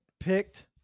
Picked